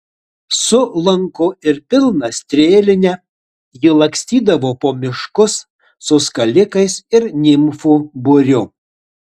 su lanku ir pilna strėline ji lakstydavo po miškus su skalikais ir nimfų būriu